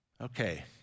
Okay